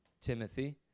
Timothy